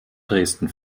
dresden